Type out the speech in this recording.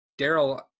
Daryl